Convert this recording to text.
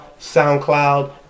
SoundCloud